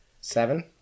Seven